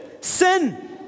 sin